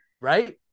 Right